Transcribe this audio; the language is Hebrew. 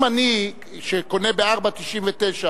אם אני, שקונה ב-4.99,